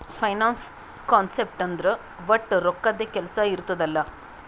finance concept ಅಂದುರ್ ವಟ್ ರೊಕ್ಕದ್ದೇ ಕೆಲ್ಸಾ ಇರ್ತುದ್ ಎಲ್ಲಾ